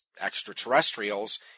extraterrestrials